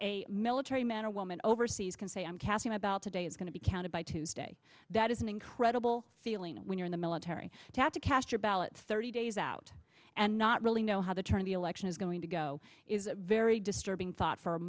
a military man or woman overseas can say i'm casting about today is going to be counted by tuesday that is an incredible feeling when you're in the military to cast your ballot thirty days out and not really know how to turn the election is going to go is very disturbing thought for